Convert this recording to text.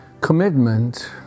Commitment